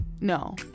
no